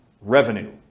Revenue